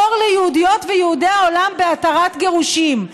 אור ליהודיות וליהודי העולם בהתרת גירושים,